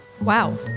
Wow